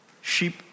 sheep